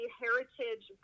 heritage